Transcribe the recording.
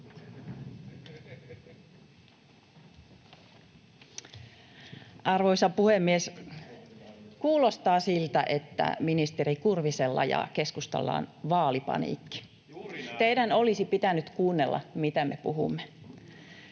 Arvoisa puhemies! Kuulostaa siltä, että ministeri Kurvisella ja keskustalla on vaalipaniikki. Teidän olisi pitänyt kuunnella, mitä me puhumme.